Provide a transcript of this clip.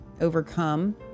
overcome